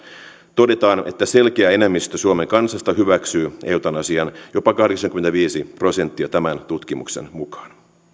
todetaan että selkeä enemmistö suomen kansasta hyväksyy eutanasian jopa kahdeksankymmentäviisi prosenttia tämän tutkimuksen mukaan